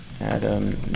Adam